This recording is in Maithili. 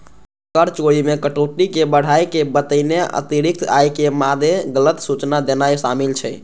कर चोरी मे कटौती कें बढ़ाय के बतेनाय, अतिरिक्त आय के मादे गलत सूचना देनाय शामिल छै